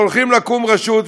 כשהולכים להקים רשות,